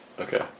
Okay